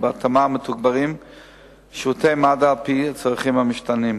ובהתאמה מתוגברים שירותי מגן-דוד-אדום על-פי הצרכים המשתנים.